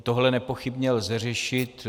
Tohle nepochybně lze řešit.